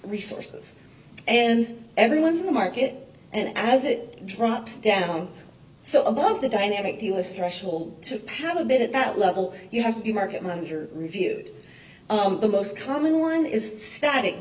resources and every once in a market and as it drops down so above the dynamic the us threshold to have a bit at that level you have the market manager reviewed the most common one is static